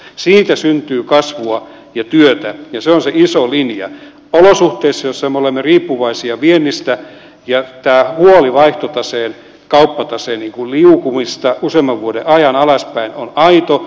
siitä syntyy kasvua ja työtä ja se on se iso linja olosuhteissa joissa me olemme riippuvaisia viennistä ja tämä huoli vaihtotaseen kauppataseen liukumisesta useamman vuoden ajan alaspäin on aito